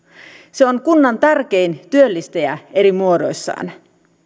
se on kunnan tärkein työllistäjä eri muodoissaan